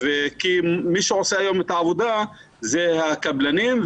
מי שעושה היום את העבודה זה הקבלנים.